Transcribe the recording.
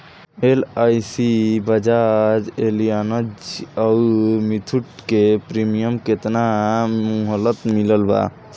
LIC Bajaj Allianz आउर मुथूट के premium के केतना मुहलत मिलल बा?